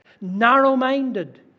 Narrow-minded